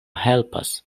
helpas